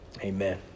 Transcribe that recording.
Amen